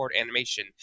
animation